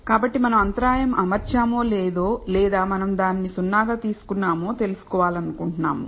కాబట్టి మనం అంతరాయం అమర్చామొ లేదో లేదా మనం దానిని 0 గా తీసుకున్నామొ తెలుసుకోవాలనుకుంటున్నాము